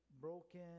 broken